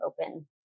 open